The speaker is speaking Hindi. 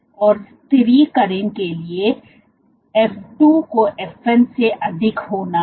और स्थिरीकरण के लिए को F 2 को F1 से अधिक होना है